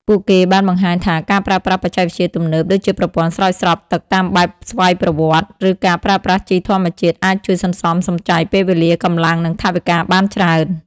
ពួកគេបានបង្ហាញថាការប្រើប្រាស់បច្ចេកវិទ្យាទំនើប ដូចជាប្រព័ន្ធស្រោចស្រពទឹកតាមបែបស្វ័យប្រវត្តិ ឬការប្រើប្រាស់ជីធម្មជាតិអាចជួយសន្សំសំចៃពេលវេលា កម្លាំង និងថវិកាបានច្រើន។